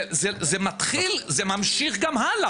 זה ממשיך גם הלאה.